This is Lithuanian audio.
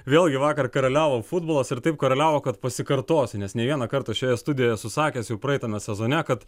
vėlgi vakar karaliavo futbolas ir taip karaliavo kad pasikartosiu nes ne vieną kartą šioje studijoje esu sakęs jau praeitame sezone kad